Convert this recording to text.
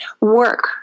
work